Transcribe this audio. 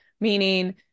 meaning